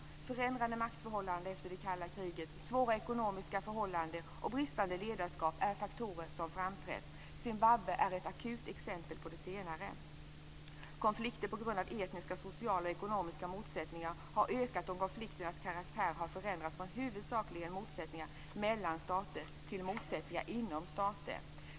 Förändrade maktförhållanden efter det kalla kriget, svåra ekonomiska förhållanden och bristande ledarskap är faktorer som har varit framträdande. Zimbabwe är ett akut exempel på det senare. Konflikter som har sin grund i etniska, sociala och ekonomiska motsättningar har ökat, och konflikternas karaktär har förändrats från huvudsakligen motsättningar mellan stater till motsättningar inom stater.